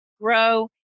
grow